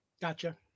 Gotcha